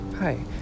Hi